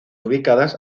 ubicadas